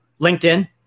LinkedIn